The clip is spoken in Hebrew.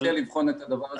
אני מציע לבחון את הדבר הזה.